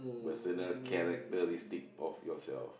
personal characteristic of yourself